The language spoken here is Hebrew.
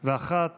ואחת